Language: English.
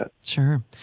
Sure